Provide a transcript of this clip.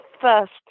first